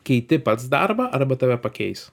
keiti pats darbą arba tave pakeis